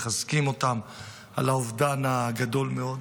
מחזקים אותן על האובדן הגדול מאוד.